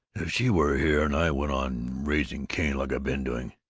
if she were here, and i went on raising cain like i been doing,